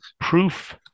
proof